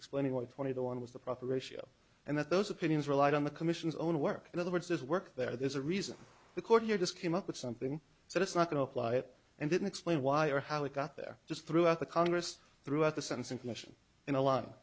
explaining what twenty to one was the proper ratio and that those opinions relied on the commission's own work in other words does work there there's a reason the court here just came up with something so it's not going to apply it and didn't explain why or how it got there just throughout the congress throughout the